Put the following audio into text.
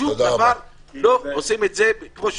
שום דבר לא עושים כמו שצריך.